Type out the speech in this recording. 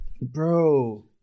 Bro